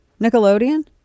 Nickelodeon